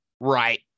right